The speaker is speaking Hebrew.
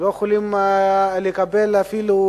הם לא יכולים לקבל אפילו